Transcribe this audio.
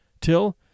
till